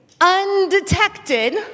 undetected